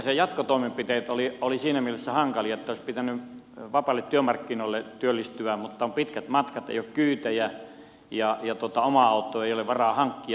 sitten ne jatkotoimenpiteet olivat siinä mielessä hankalia että olisi pitänyt vapaille työmarkkinoille työllistyä mutta on pitkät matkat ei ole kyytejä ja omaa autoa ei ole varaa hankkia